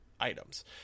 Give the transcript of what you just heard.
items